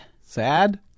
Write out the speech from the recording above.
Sad